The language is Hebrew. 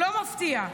לא מפתיע.